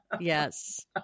Yes